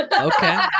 Okay